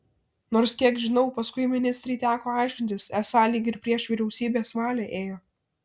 nors kiek žinau paskui ministrei teko aiškintis esą lyg ir prieš vyriausybės valią ėjo